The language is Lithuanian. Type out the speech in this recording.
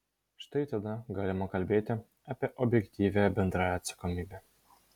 štai tada galima kalbėti apie objektyvią bendrąją atsakomybę